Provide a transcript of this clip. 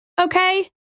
Okay